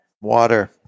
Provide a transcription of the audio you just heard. Water